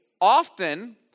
often